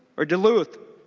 or duluth.